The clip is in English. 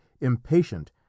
impatient